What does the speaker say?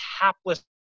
hapless